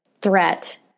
threat